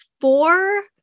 four